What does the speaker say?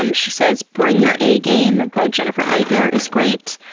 um she says bring your a game by jennifer etnier is great.